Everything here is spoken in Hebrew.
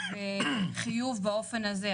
וחיוב באופן הזה.